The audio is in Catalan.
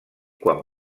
quan